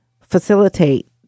facilitate